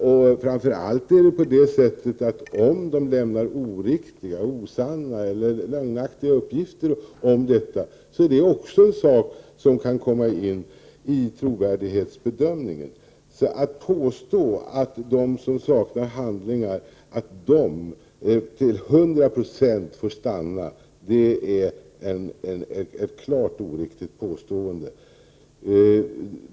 Det är framför allt så, att om man lämnar oriktiga, osanna eller lögnaktiga, uppgifterom detta är det också en sak som kan påverka trovärdighetsbedömningen. Att påstå att, de som saknar handlingar skulle till alla få stanna är klart oriktigt.